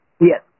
Yes